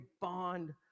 bond